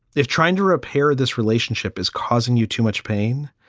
they've tried to repair this relationship is causing you too much pain.